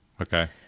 Okay